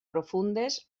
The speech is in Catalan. profundes